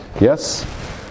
yes